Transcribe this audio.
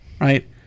Right